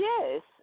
Yes